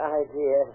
idea